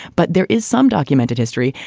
but there is some documented history.